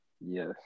Yes